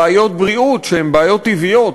בעיות בריאות שהן בעיות טבעיות,